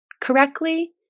correctly